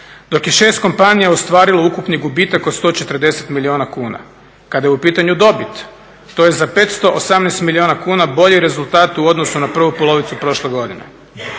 dok je 6 kompanija ostvarilo ukupni gubitak od 140 milijuna kuna. Kada je u pitanju dobit to je za 518 milijuna kuna bolji rezultat u odnosu na prvu polovicu prošle godine.